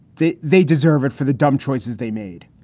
they they deserve it for the dumb choices they made.